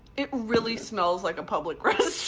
it really smells like a public